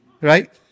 Right